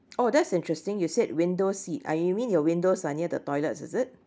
oh that's interesting you said window seat I you mean your windows are near the toilets is it